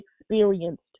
experienced